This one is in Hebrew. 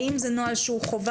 האם זה נוהל שהוא חובה?